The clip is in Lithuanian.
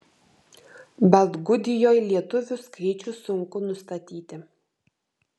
baltgudijoj lietuvių skaičių sunku nustatyti